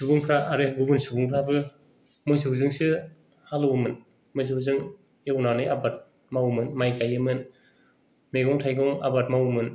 सुबुंफ्रा आरो गुबुन सुबुंफोराबो मोसौजोंसो हालिवोमोन मोसौजों एवनानै आबाद मावोमोन माइ गायोमोन मैगं थाइगं आबाद मावोमोन